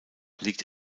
liegt